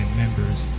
members